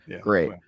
Great